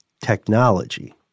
technology